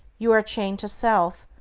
you are chained to self,